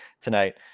tonight